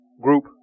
group